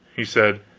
he said